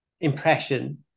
Impression